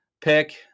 pick